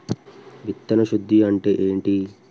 విత్తన శుద్ధి అంటే ఏంటి?